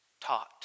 taught